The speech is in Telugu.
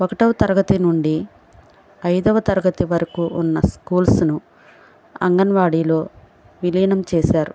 ఒకటవ తరగతి నుండి ఐదవ తరగతి వరకు ఉన్న స్కూల్స్ను అంగన్వాడీలో విలీనం చేశారు